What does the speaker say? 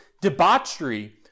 debauchery